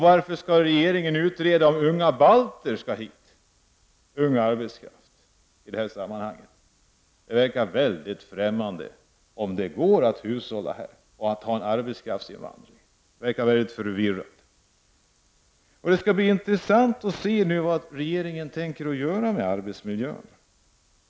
Varför skall regeringen behöva utreda om unga balter skall hit? Det verkar väldigt främmande att ha en arbetskraftsinvandring, om det nu går att hushålla med arbetskraft. Det verkar väldigt förvirrande. Det skall bli intressant att se vad regeringen tänker göra med arbetsmiljön.